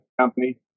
company